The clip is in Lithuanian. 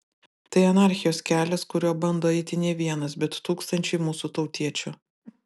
tai anarchijos kelias kuriuo bando eiti ne vienas bet tūkstančiai mūsų tautiečių